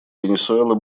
венесуэла